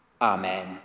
Amen